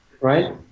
right